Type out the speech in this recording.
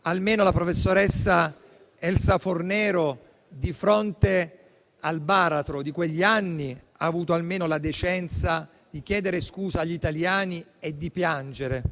la professoressa Elsa Fornero, di fronte al baratro di quegli anni, ha avuto almeno la decenza di chiedere scusa agli italiani e di piangere.